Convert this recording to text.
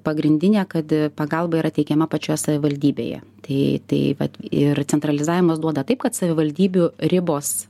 pagrindinė kad pagalba yra teikiama pačioje savivaldybėje tai tai vat ir centralizavimas duoda taip kad savivaldybių ribos